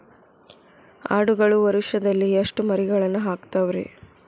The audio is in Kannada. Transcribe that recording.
ಆಡುಗಳು ವರುಷದಲ್ಲಿ ಎಷ್ಟು ಮರಿಗಳನ್ನು ಹಾಕ್ತಾವ ರೇ?